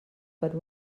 per